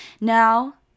Now